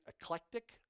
eclectic